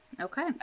Okay